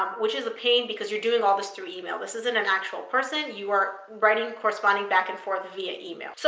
which is a pain because you're doing all this through email. this isn't an actual person. you are writing and corresponding back and forth via email. so